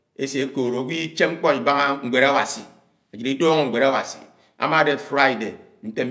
Esé èkóód agwo íché mkpọ ibánga ñwéd Awási. Ajid idúñgo ñwed Awasi, àmàdẽ Friday nte.